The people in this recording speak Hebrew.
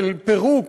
של פירוק